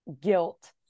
guilt